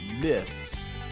myths